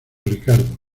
ricardo